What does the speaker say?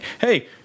hey